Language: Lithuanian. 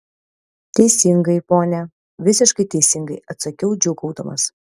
teisingai pone visiškai teisingai atsakiau džiūgaudamas